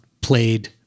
played